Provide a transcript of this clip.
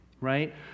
right